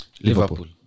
Liverpool